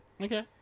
Okay